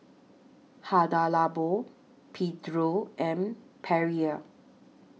Hada Labo Pedro and Perrier